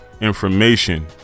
information